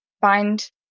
find